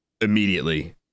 immediately